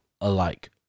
alike